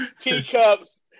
teacups